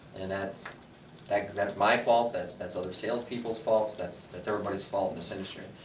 and that's like that's my fault, that's that's other sales people faults that's that's everybody's fault in this industry,